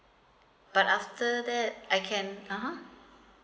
but after that I can (uh huh)